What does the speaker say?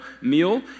meal